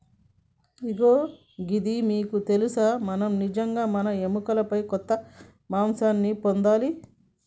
ఇగో గిది మీకు తెలుసా మనం నిజంగా మన ఎముకలపై కొంత మాంసాన్ని పొందాలి